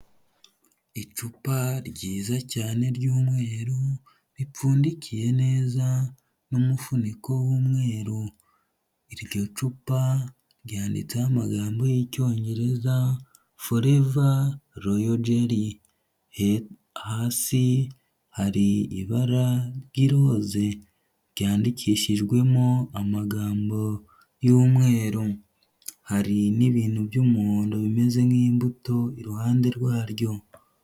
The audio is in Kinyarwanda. Icupa ryiza cyane ry'umweru ripfundikiye neza n'umufuniko w'umweru, iryo cupa ryanditseho amagambo y'Icyongereza forever rolay jelly, hasi hari ibara ry'iroze ryandikishijwemo amagambo y'umweru, hari n'ibintu by'umuhondo bimeze nk'imbuto iruhande rwaryo.